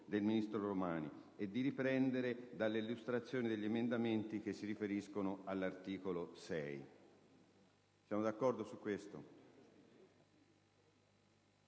del ministro Romani e di riprendere dall'illustrazione degli emendamenti che si riferiscono all'articolo 6. Poiché non si fanno